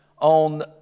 on